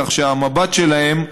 כך שהמבט שלהם,